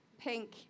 pink